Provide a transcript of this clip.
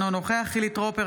אינו נוכח חילי טרופר,